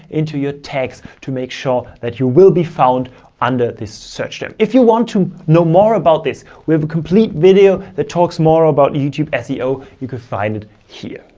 into your tags, to make sure that you will be found under this search term. if you want to know more about this, we have a complete video that talks more about youtube, seo. you can find it here.